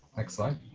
next slide.